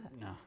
No